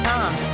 Tom